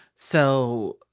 so